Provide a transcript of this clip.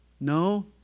No